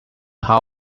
how